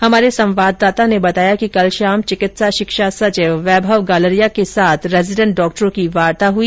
हमारे संवाददाता ने बताया कि कल शाम चिकित्सा शिक्षा सचिव वैभव गालरिया के साथ रेजीडेंट डॉक्टरों की वार्ता हुई